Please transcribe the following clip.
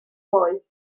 hoe